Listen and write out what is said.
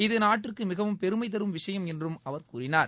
இதுநாட்டிற்குமிகவும் பெருமைதரும் விஷயமென்றும் அவர் கூறினார்